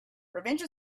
revenge